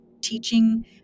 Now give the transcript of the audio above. teaching